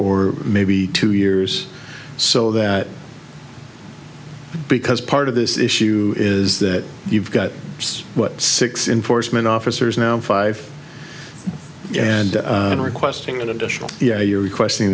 or maybe two years so that because part of this issue is that you've got what six in foresman officers now five and requesting an additional yeah you're requesting